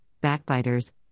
backbiters